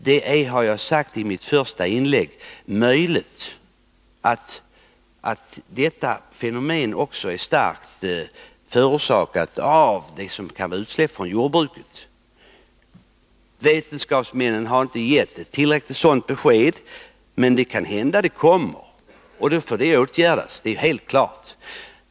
Det är — det sade jag i mitt första inlägg — möjligt att det här fenomenet också är starkt förorsakat av det som kan vara utsläpp från jordbruket. Vetenskapsmännen har inte gett tillräckligt besked, men det kanhända kommer. I så fall måste det bli fråga om åtgärder — det är helt klart.